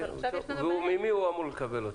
ממי הוא אמור לקבל?